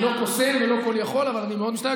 אני לא קוסם ולא כל-יכול, אבל אני מאוד משתדל.